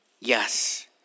Yes